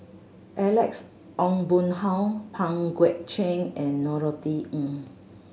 Alex Ong Boon Hau Pang Guek Cheng and Norothy Ng